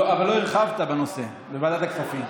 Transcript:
אבל לא הרחבת בנושא בוועדת הכספים.